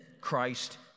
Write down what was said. Christ